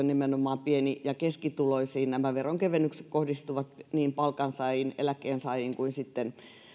nimenomaan pieni ja keskituloisiin nämä veronkevennykset kohdistuvat niin palkansaajiin eläkkeensaajiin kuin sitten